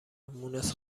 مونس